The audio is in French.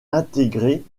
intégrée